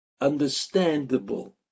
understandable